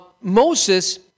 Moses